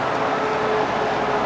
or